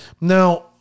Now